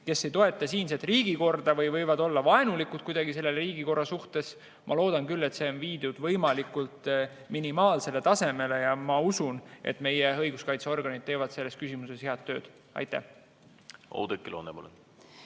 kes ei toeta siinset riigikorda või võivad olla kuidagi vaenulikud selle riigikorra suhtes, ma loodan küll, et see on viidud võimalikult minimaalsele tasemele, ja ma usun, et meie õiguskaitseorganid teevad selles küsimuses head tööd. Oudekki Loone, palun!